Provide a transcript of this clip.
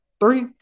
three